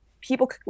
People